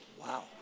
Wow